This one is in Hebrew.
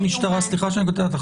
סליחה שאני קוטע אותך.